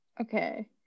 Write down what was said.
Okay